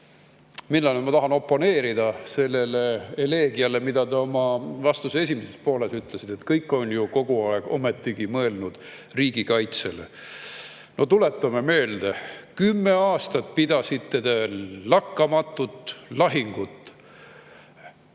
Millele ma tahan oponeerida? Sellele eleegiale, mida te oma vastuse esimeses pooles ütlesite, et kõik on ju kogu aeg ometigi mõelnud riigikaitsele. Tuletame meelde: kümme aastat pidasite te lakkamatut lahingut.